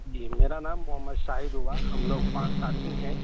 جی میرا نام محمد شاہد ہوا ہم لوگ پانچ ساتھی ہیں